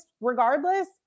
regardless